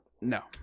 No